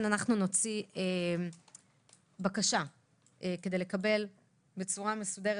אנחנו נוציא בקשה כדי לקבל בצורה מסודרת